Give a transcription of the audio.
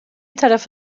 tarafı